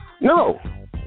No